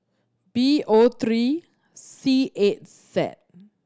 B O three C eight Z